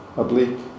oblique